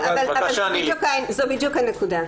זו בדיוק הנקודה.